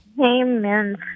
Amen